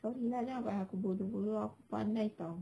kau sudah lah panggil aku bodoh bodoh aku pandai [tau]